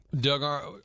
doug